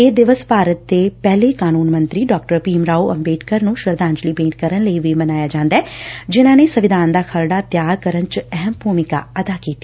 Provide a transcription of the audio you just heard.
ਇਹ ਦਿਵਸ ਭਾਰਤ ਦੇ ਪਹਿਲੇ ਕਾਨੂੰਨ ਮੰਤਰੀ ਡਾ ਭੀਮ ਰਾਓ ਅੰਬੇਡਕਰ ਨੂੰ ਸ਼ਰਧਾਂਜਲੀ ਭੇਂਟ ਕਰਨ ਲਈ ਵੀ ਮਨਾਇਆ ਜਾਂਦੈ ਜਿਨੂਾਂ ਨੇ ਸੰਵਿਧਾਨ ਦਾ ਖਰੜਾ ਤਿਆਰ ਕਰਨ ਚ ਅਹਿਮ ਭੂਮਿਕਾ ਅਦਾ ਕੀਤੀ